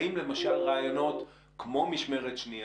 האם למשל רעיונות כמו משמרת שנייה,